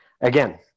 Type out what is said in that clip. again